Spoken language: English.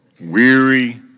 weary